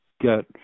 get